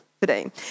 today